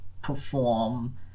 perform